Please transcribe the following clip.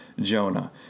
Jonah